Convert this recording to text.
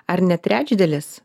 ar ne trečdalis